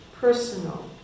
personal